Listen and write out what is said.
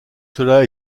cela